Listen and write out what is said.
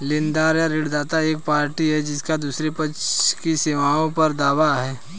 लेनदार या ऋणदाता एक पार्टी है जिसका दूसरे पक्ष की सेवाओं पर दावा है